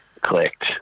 clicked